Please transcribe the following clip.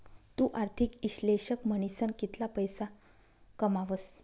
तु आर्थिक इश्लेषक म्हनीसन कितला पैसा कमावस